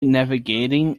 navigating